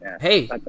Hey